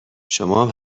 شمام